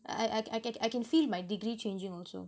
I I I ca~ I can feel my degree changing also